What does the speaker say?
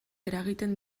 eragiten